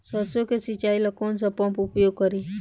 सरसो के सिंचाई ला कौन सा पंप उपयोग करी?